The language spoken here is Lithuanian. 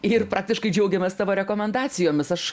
ir praktiškai džiaugiamės tavo rekomendacijomis aš